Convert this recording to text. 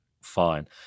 fine